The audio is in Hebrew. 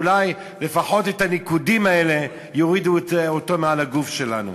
אולי לפחות את הניקודים האלה יורידו מעל הגוף שלנו.